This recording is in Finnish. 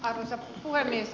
arvoisa puhemies